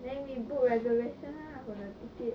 then we book reservation lah for the ticket